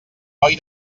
boi